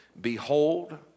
behold